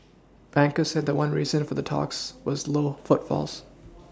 bankers said one reason for the talks was low footfalls